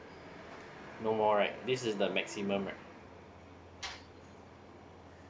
no more right this is the maximum right